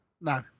No